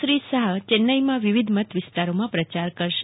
શ્રી શાહ ચેન્નાઇમાં વિવિધ મત વિસ્તારોમાં પ્રયાર કરશે